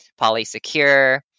Polysecure